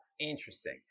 Interesting